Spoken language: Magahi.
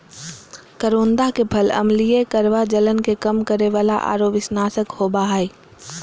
करोंदा के फल अम्लीय, कड़वा, जलन के कम करे वाला आरो विषनाशक होबा हइ